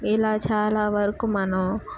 ఇలా చాలా వరకు మనం